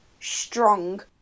strong